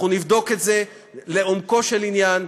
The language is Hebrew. אנחנו נבדוק את זה לעומקו של עניין.